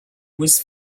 was